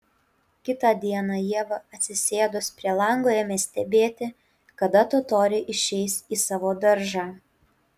kitą dieną ieva atsisėdus prie lango ėmė stebėti kada totoriai išeis į savo daržą